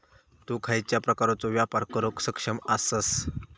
तु खयच्या प्रकारचो व्यापार करुक सक्षम आसस?